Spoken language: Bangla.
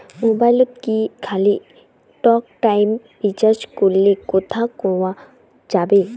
মোবাইলত কি খালি টকটাইম রিচার্জ করিলে কথা কয়া যাবে?